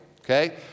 okay